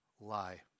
lie